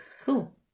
Cool